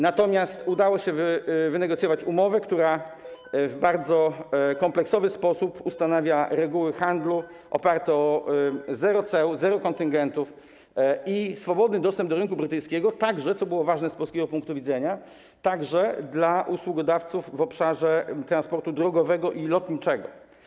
Natomiast udało się wynegocjować umowę, która w bardzo kompleksowy sposób ustanawia reguły handlu oparte na zasadach: zero ceł, zero kontyngentów i swobodny dostęp do rynku brytyjskiego także, co było ważne z polskiego punktu widzenia, dla usługodawców w obszarze transportu drogowego i lotniczego.